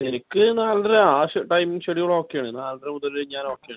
എനിക്ക് നാലര ആ ഷെ ടൈം ഷെഡ്യൂളോക്കെയാണ് നാലര മുതല് ഞാൻ ഒക്കെയാണ്